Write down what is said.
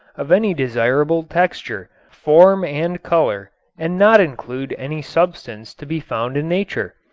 of any desirable texture, form and color, and not include any substance to be found in nature.